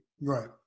Right